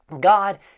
God